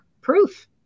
proof